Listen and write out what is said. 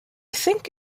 think